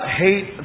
hate